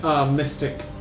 mystic